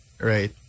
right